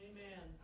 Amen